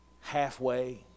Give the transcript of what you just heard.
halfway